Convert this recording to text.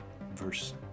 Verse